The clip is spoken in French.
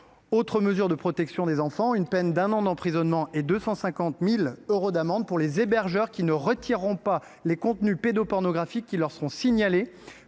deuxième mesure de protection des enfants est la création d’une peine d’un an d’emprisonnement et de 250 000 euros d’amende pour les hébergeurs qui ne retireront pas les contenus pédopornographiques qui leur sont signalés